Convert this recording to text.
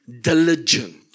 diligent